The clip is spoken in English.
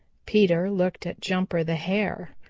peter looked at jumper the hare.